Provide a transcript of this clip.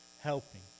helping